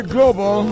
Global